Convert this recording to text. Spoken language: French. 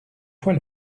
fois